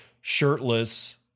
shirtless